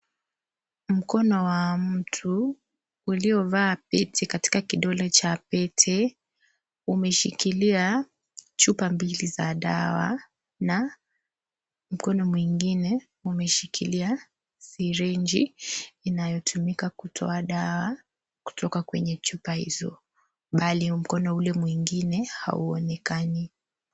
Mkono wa mtu uliovaa pete katika kidole cha pete umeshikilia chupa mbili za dawa na mkono mwingine umeshikilia sirinji inayotumika kutoa dawa kutoka kwenye chupa hizo bali mkono ule mwingine hauonekani.